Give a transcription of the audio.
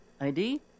ID